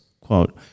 Quote